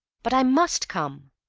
but i must come!